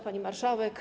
Pani Marszałek!